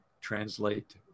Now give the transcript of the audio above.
translate